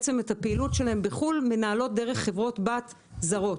הפעילות שלהן בחוץ לארץ מנהלות דרך חברות בת זרות.